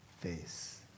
face